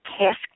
task